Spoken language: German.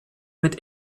mit